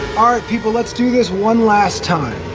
are people let's do this one last time